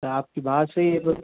sir आपकी बात सही है पर